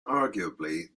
arguably